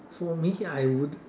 for me I would